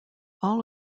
all